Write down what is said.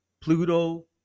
Pluto